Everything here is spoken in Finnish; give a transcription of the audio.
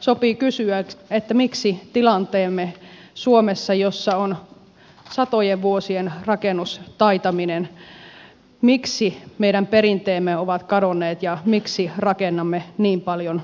sopii kysyä tilanteestamme suomessa jossa on satojen vuosien rakennustaitaminen että miksi meidän perinteemme ovat kadonneet ja miksi rakennamme niin paljon sutta